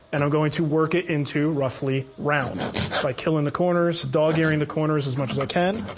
and i'm going to work it into roughly round by killing the corners, dog earring the corners as much as i can.